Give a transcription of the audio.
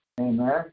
Amen